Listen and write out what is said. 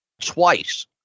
twice